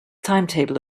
timetable